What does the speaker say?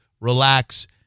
relax